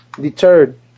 deterred